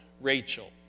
Rachel